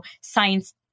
science